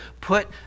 put